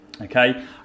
Okay